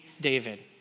David